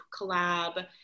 collab